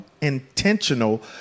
intentional